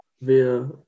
via